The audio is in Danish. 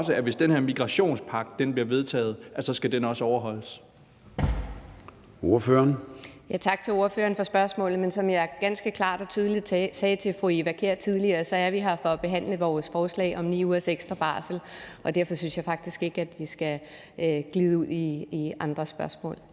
den her migrationspagt bliver vedtaget, skal den også overholdes?